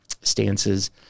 stances